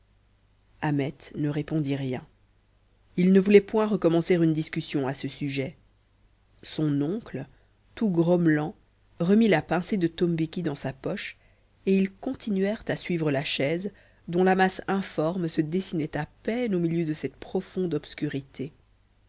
ahmet ne répondit rien il ne voulait point recommencer une discussion à ce sujet son oncle tout grommelant remit la pincée de tombéki dans sa poche et ils continuèrent à suivre la chaise dont la masse informe se dessinait à peine au milieu de cette profonde obscurité